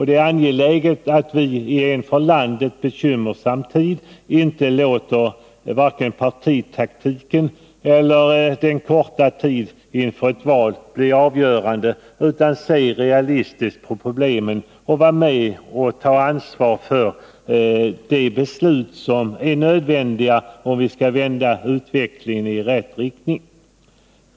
Det är angeläget att vi i en för landet bekymmersam tid inte låter vare sig partitaktiken eller den korta tiden inför se realistiskt på problemen och vara med och ta ett val bli avgörande. Vi bö ansvar för de beslut som är nödvändiga om vi skall vända utvecklingen i rätt riktning.